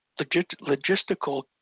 logistical